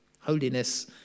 Holiness